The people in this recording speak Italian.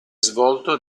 svolto